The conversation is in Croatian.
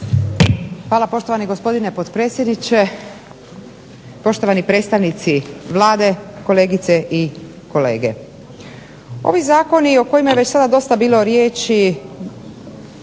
Hvala poštovani gospodine predsjedniče. Poštovani predstavnici Vlade, kolegice i kolege. Ovi zakoni o kojima je već sada dosta bilo riječi